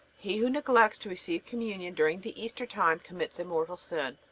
he who neglects to receive communion during the easter time commits a mortal sin.